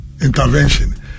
intervention